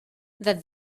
that